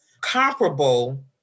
comparable